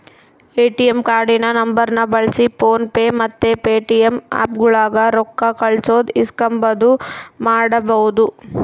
ATM ಕಾರ್ಡಿನ ನಂಬರ್ನ ಬಳ್ಸಿ ಫೋನ್ ಪೇ ಮತ್ತೆ ಪೇಟಿಎಮ್ ಆಪ್ಗುಳಾಗ ರೊಕ್ಕ ಕಳ್ಸೋದು ಇಸ್ಕಂಬದು ಮಾಡ್ಬಹುದು